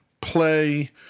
play